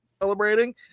celebrating